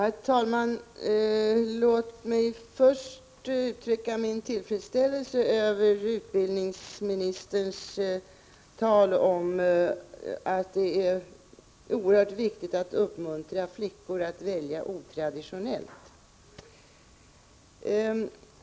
Herr talman! Låt mig först uttrycka min tillfredsställelse över utbildningsministerns tal om att det är oerhört viktigt att uppmuntra flickor att välja utbildning otraditionellt.